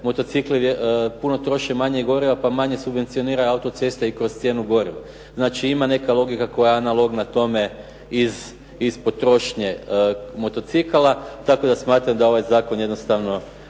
motocikli troše manje goriva pa subvencioniraju autoceste i kroz cijenu goriva. Znači, ima neka logika koja je analogna tome iz potrošnje motocikala tako da smatram da ovaj zakon jednostavno